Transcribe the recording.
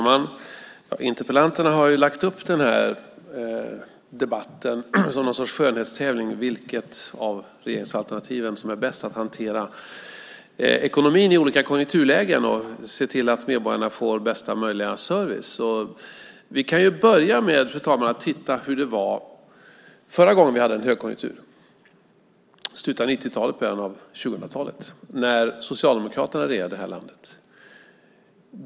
Fru talman! Interpellanterna har lagt upp debatten som någon sorts skönhetstävling om vilket av regeringsalternativen som är bäst på att hantera ekonomin i olika konjunkturlägen och se till att medborgarna får bästa möjliga service. Vi kan börja med, fru talman, att titta hur det var förra gången vi hade en högkonjunktur. Det var i slutet av 1990-talet och början av 2000-talet när Socialdemokraterna regerade.